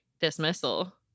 dismissal